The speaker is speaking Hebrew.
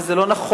וזה לא נכון.